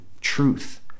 truth